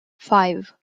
five